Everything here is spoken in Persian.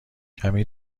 کمی